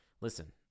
Listen